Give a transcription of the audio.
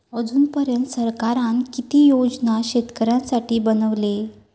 अजून पर्यंत सरकारान किती योजना शेतकऱ्यांसाठी बनवले?